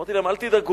אמרתי להם: אל תדאגו,